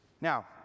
Now